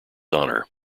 honor